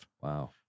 Wow